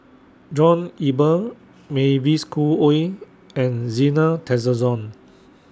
John Eber Mavis Khoo Oei and Zena Tessensohn